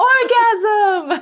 Orgasm